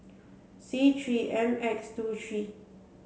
C three M X two three